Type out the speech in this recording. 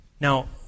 Now